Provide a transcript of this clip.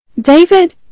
David